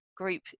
group